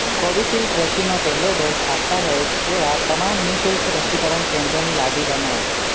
Covishield રસીનો પહેલો dose આપતાં હોય તેવાં તમામ નિઃશુલ્ક રસીકરણ કેન્દ્રોની યાદી બનાવો